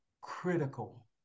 critical